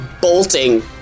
bolting